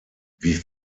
wie